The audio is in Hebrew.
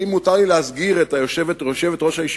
ואם מותר לי להסגיר את יושבת-ראש הישיבה,